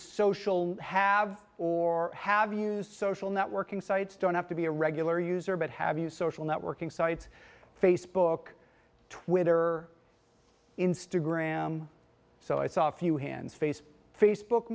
social have or have used social networking sites don't have to be a regular user but have you social networking sites facebook twitter instagram so i saw a few hands face facebook